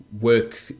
work